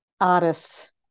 artists